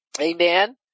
Amen